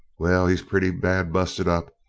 well, he's pretty bad busted up,